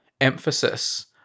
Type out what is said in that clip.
emphasis